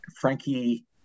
Frankie